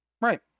Right